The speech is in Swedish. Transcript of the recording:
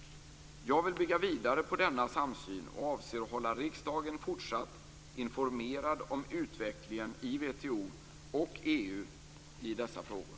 Jag vill bygga vidare på denna samsyn och avser att hålla riksdagen fortsatt informerad om utvecklingen i WTO och EU i dessa frågor.